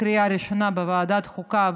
לקריאה ראשונה בוועדת החוקה,